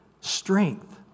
strength